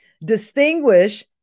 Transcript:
distinguish